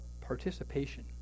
participation